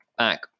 Back